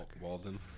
Walden